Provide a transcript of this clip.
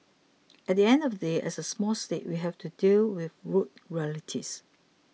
at the end of the day as a small state we have to deal with rude realities